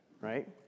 right